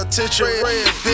attention